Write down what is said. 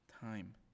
time